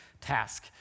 task